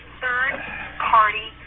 third-party